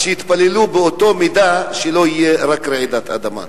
אז שיתפללו באותה מידה שרק לא תהיה רעידת אדמה.